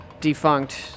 defunct